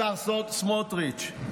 השר סמוטריץ'.